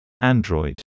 Android